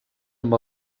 amb